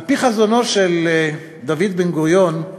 על-פי חזונו של דוד בן-גוריון,